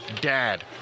Dad